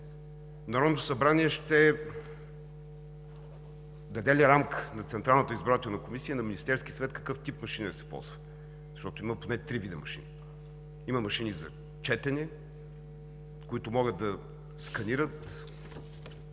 Народното събрание ще даде ли рамка на Централната избирателна комисия, на Министерския съвет какъв тип машини да се ползват, защото има поне три вида машини? Има машини за четене, които могат да сканират